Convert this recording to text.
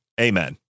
Amen